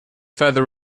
further